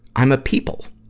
i'm a people,